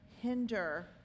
hinder